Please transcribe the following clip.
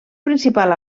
principal